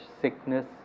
sickness